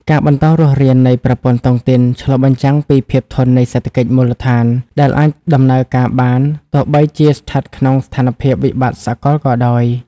ការបន្តរស់រាននៃប្រព័ន្ធតុងទីនឆ្លុះបញ្ចាំងពី "ភាពធន់នៃសេដ្ឋកិច្ចមូលដ្ឋាន" ដែលអាចដំណើរការបាន ទោះបីជាស្ថិតក្នុងស្ថានភាពវិបត្តិសកលក៏ដោយ។